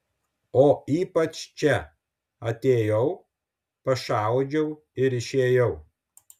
o ypač čia atėjau pašaudžiau ir išėjau